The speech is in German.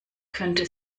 könnte